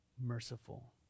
merciful